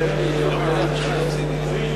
אבל אתה יכול להגיד שמות.